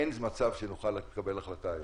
אין מצב שנוכל לקבל החלטה היום.